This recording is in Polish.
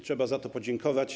Trzeba za to podziękować.